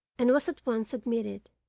and was at once admitted,